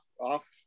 off